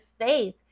faith